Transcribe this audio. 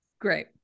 Great